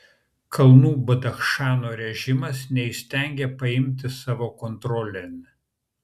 kalnų badachšano režimas neįstengia paimti savo kontrolėn